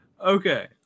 Okay